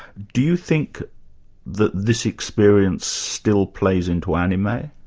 do you think that this experience still plays into anime?